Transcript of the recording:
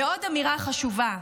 ועוד אמירה חשובה: